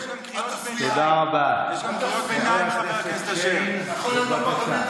אתה רואה בן אדם שעומד לסיים, אל תפריע.